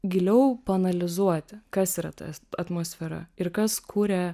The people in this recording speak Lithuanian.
giliau paanalizuoti kas yra tas atmosfera ir kas kuria